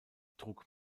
trug